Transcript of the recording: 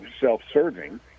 self-serving